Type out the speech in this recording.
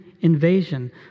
invasion